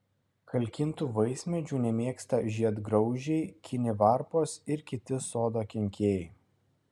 kalkintų vaismedžių nemėgsta žiedgraužiai kinivarpos ir kiti sodo kenkėjai